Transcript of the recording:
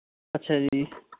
ਅੱਛਾ ਜੀ